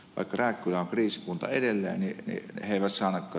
etelä korea viisi kuntaa edelleen eeva saikku